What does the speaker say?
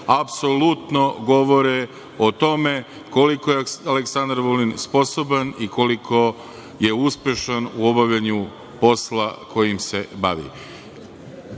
apsolutno govore o tome koliko je Aleksandar Vulin sposoban i koliko je uspešan u obavljanju posla kojim se bavi. Ono